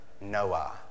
Noah